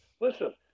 listen